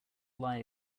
lie